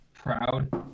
Proud